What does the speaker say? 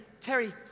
Terry